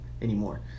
anymore